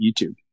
YouTube